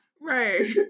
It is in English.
Right